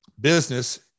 business